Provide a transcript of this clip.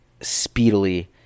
speedily